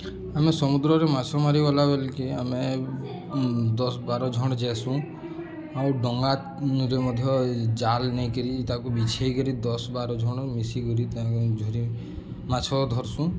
ଆମେ ସମୁଦ୍ରରେ ମାଛ ମାରିଗଲା ବେଲ୍କେ ଆମେ ଦଶ୍ ବାର୍ ଜଣ୍ ଯାଏସୁଁ ଆଉ ଡଙ୍ଗାରେ ମଧ୍ୟ ଜାଲ୍ ନେଇକିରି ତାକୁ ବିଛେଇକରି ଦଶ୍ ବାର ଜଣ୍ ମିଶିକରି ତାକେ ଝୁରି ମାଛ ଧର୍ସୁଁ